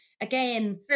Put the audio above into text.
Again